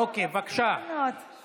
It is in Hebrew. עמיתיי